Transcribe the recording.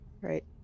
Right